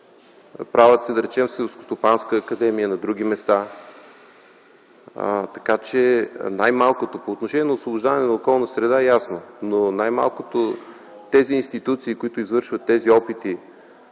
Правят се, да речем, в Селскостопанска академия и на други места, така че най малкото по отношение на освобождаване в околната среда е ясно, но най малкото тези институции, които извършват тези опити,